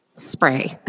spray